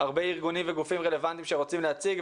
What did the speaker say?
הרבה ארגונים וגופים רלוונטיים שרוצים להציג,